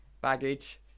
baggage